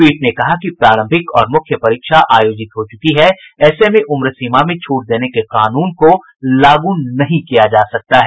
पीठ ने कहा कि प्रारंभिक और मुख्य परीक्षा आयोजित हो च्रकी है ऐसे में उम्रसीमा में छूट देने के कानून को लागू नहीं किया जा सकता है